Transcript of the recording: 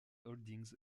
holdings